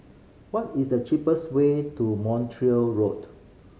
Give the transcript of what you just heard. what is the cheapest way to Montreal Road